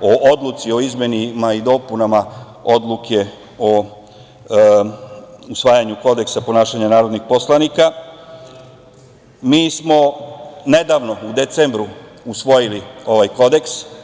o odluci o izmenama i dopunama Odluke o usvajanju Kodeksa ponašanja narodnih poslanika, mi smo nedavno, u decembru, usvojili ovaj Kodeks.